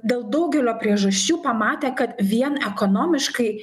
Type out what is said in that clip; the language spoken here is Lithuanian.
dėl daugelio priežasčių pamatė kad vien ekonomiškai